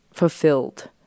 Fulfilled